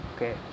Okay